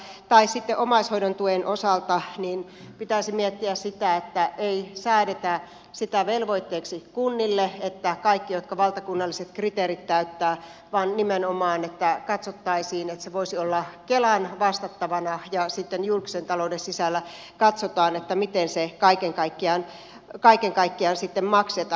tai sitten omaishoidon tuen osalta pitäisi miettiä sitä että ei säädetä sitä velvoitteeksi kunnille niin että myönnetään kaikille jotka valtakunnalliset kriteerit täyttävät vaan nimenomaan katsottaisiin että se voisi olla kelan vastattavana ja sitten julkisen talouden sisällä katsotaan miten se kaiken kaikkiaan sitten maksetaan